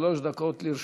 שלוש דקות לרשותך.